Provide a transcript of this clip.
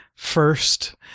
first